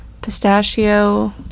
pistachio